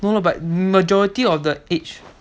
no no but majority of the age